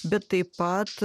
bet taip pat